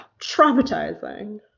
Traumatizing